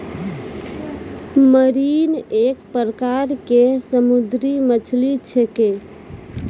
marine एक प्रकार के समुद्री मछली छेकै